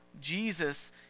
Jesus